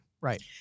right